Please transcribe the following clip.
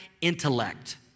intellect